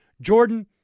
Jordan